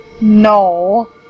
No